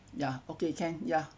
ya okay can ya